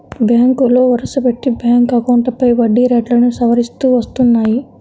బ్యాంకులు వరుసపెట్టి బ్యాంక్ అకౌంట్లపై వడ్డీ రేట్లను సవరిస్తూ వస్తున్నాయి